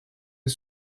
est